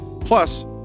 Plus